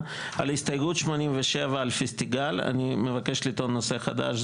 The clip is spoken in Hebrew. על הסתייגות 87 לפסטיגל אני מבקש לטעון נושא חדש,